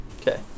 Okay